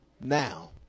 now